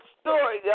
story